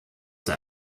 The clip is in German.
der